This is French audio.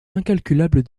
incalculable